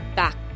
back